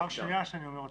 פעם שניה שאני אומר אותן.